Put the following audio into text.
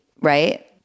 right